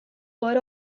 were